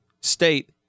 State